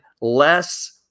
less